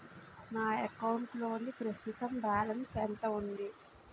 నా అకౌంట్ లోని ప్రస్తుతం బాలన్స్ ఎంత ఉంది?